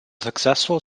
successful